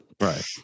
Right